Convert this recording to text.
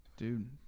Dude